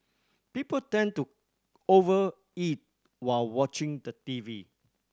people tend to over eat while watching the T V